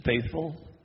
faithful